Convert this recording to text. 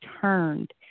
turned